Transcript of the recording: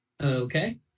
Okay